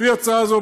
לפי הצעה זו,